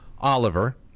Oliver